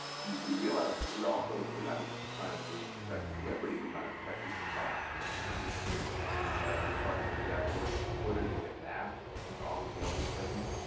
yeah we realize, we are also, we're not just trying to protect and liberty, we're trying to protect people's lives and we partnered with jack dorsey from twitter to get masks into all the jails and prisons.